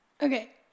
Okay